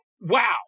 wow